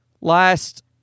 last